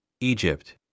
Egypt